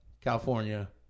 California